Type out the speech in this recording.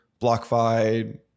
BlockFi